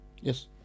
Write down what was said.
Yes